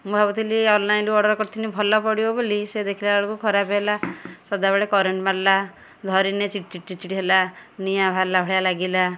ମୁଁ ଭାବୁଥିଲି ଅନ୍ଲାଇନ୍ରୁ ଅର୍ଡର୍ କରିଥିନି ଭଲ ପଡ଼ିବ ବୋଲି ସେ ଦେଖିଲା ବେଳକୁ ଖରାପ ହେଲା ସଦାବେଳେ କରେଣ୍ଟ୍ ମାରିଲା ଧରିନିଏ ଚିଡ଼୍ ଚିଡ଼୍ ଚିଡ଼୍ ହେଲା ନିଆଁ ବାହାରିଲା ଭଳିଆ ଲାଗିଲା